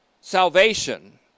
salvation